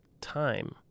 time